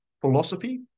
philosophy